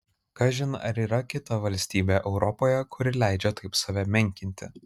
kažin ar yra kita valstybė europoje kuri leidžia taip save menkinti